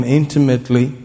intimately